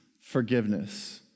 Forgiveness